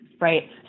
Right